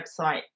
website